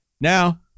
now